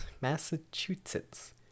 Massachusetts